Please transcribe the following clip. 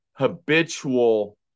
habitual